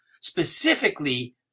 specifically